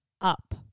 up